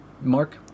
mark